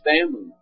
family